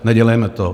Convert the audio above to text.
Nedělejme to.